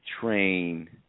Train